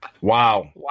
wow